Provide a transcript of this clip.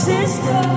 Sister